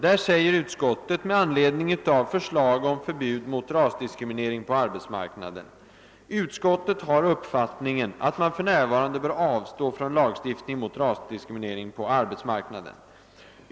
Där säger utskottet med anledning av ett förslag om förbud mot rasdiskriminering på arbetsmarknaden: »Utskottet har uppfattningen att man för närvarande bör avstå från lagstift ning mot rasdiskriminering på arbetsmarknaden.